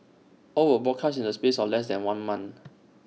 all were broadcast in the space of less than one month